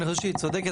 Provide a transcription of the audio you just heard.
אני חושב שהיא צודקת.